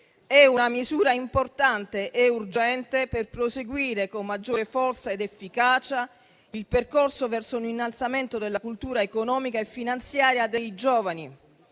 È una misura importante e urgente per proseguire con maggiore forza ed efficacia il percorso verso un innalzamento della cultura economica e finanziaria dei giovani.